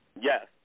Yes